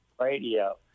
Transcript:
radio